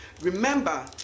Remember